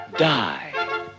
Die